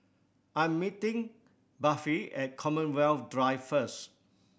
I'm meeting Buffy at Commonwealth Drive first